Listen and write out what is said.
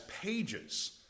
pages